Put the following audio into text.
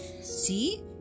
See